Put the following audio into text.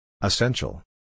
Essential